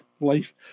life